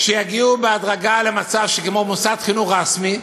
שיגיעו בהדרגה למצב כמו מוסד חינוך רשמי,